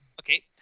Okay